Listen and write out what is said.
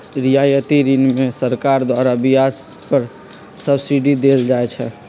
रियायती ऋण में सरकार द्वारा ब्याज पर सब्सिडी देल जाइ छइ